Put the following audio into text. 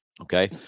okay